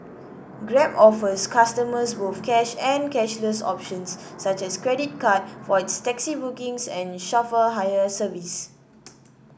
grab offers customers both cash and cashless options such as credit card for its taxi bookings and chauffeur hire service